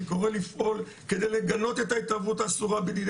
אני קורא לפעול כדי לגנות את ההתערבות האסורה בדיני